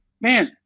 man